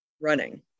running